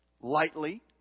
lightly